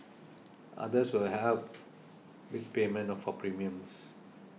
others will help with payment for premiums